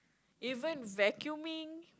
even vacuuming